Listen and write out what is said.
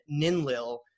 Ninlil